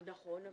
נכון.